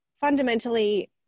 fundamentally